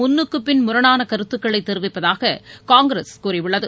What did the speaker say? முன்னுக்குப்பின் முரணானகருத்துக்களைதெரிவிப்பதாககாங்கிரஸ் கூறியுள்ளது